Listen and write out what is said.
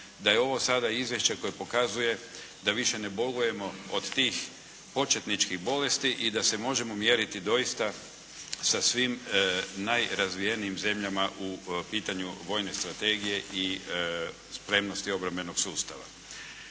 da je ovo sada izvješće koje pokazuje da više ne bolujemo od tih početničkih bolesti i da se možemo mjeriti doista sa svim najrazvijenijim zemljama u pitanju vojne strategije i spremnosti obrambenog sustava.